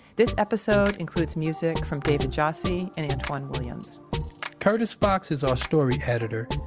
this episode includes music from david jassy and antwan williams curtis fox is our story editor,